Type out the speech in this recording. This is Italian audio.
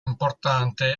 importante